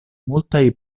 multaj